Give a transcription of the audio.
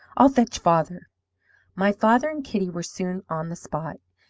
i'll fetch father my father and kitty were soon on the spot.